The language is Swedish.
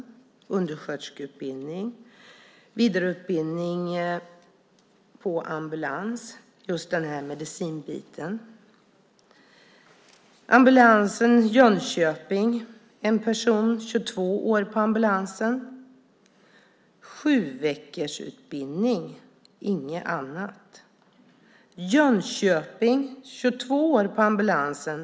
Han har undersköterskeutbildning och vidareutbildning på ambulans just i medicinbiten. På ambulansen i Jönköping finns en person som har varit där i 22 år. Han har en sjuveckorsutbildning, och inget annat. I Jönköping finns också en person med 22 år på ambulansen.